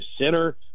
center